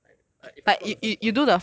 as in like if I plot the first point